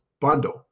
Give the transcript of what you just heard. bundle